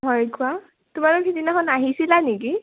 হয় কোৱা তোমালোক সেইদিনাখন আহিছিলা নেকি